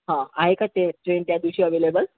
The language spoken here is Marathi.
हां आहे का टे ट्रेन त्यादिवशी अवेलेबल